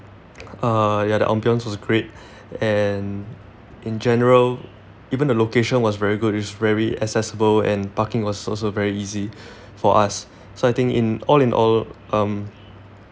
uh ya the ambience was great and in general even the location was very good it was very accessible and parking was also very easy for us so I think in all in all um